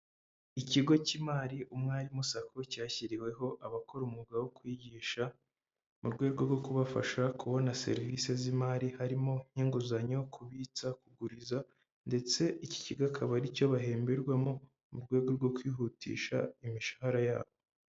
Ikigo cy'imari Umwarimu SACCO cyashyiriweho abakora umwuga wo kwigisha mu rwego rwo kubafasha kubona serivisi z'imari harimo nk'inguzanyo, kubitsa ,kuguriza ndetse iki kigo akaba aricyo bahemberwamo mu rwego rwo kwihutisha imishahara yabo.